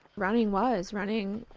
running was, running,